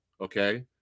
okay